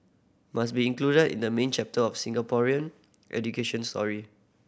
must be included in the main chapter of Singaporean education story